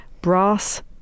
brass